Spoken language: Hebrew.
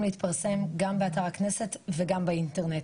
להתפרסם באתר הכנסת וגם באינטרנט.